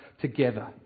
together